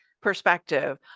perspective